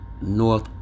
North